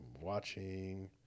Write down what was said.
watching